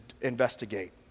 investigate